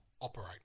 operate